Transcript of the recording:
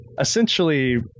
essentially